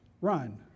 run